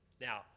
now